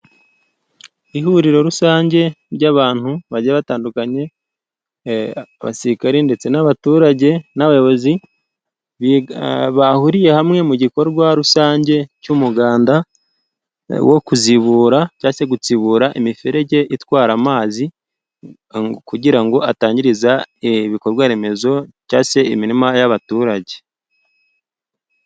Ihuriro rusange ry'abantu bajya batandukanye, abasirikare ndetse n'abaturage, n'abayobozi bahuriye hamwe mu gikorwa rusange cy'umuganda wo kuzivura cyangwa se gutsibura imiferege itwara amazi, kugira ngo atangize ibikorwaremezo cyangwa se imirima y'abaturage.